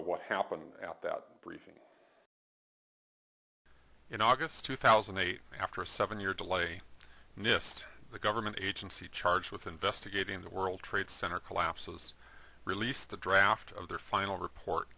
of what happened at that briefing in august two thousand and eight after a seven year delay nist the government agency charged with investigating the world trade center collapse was released the draft of their final report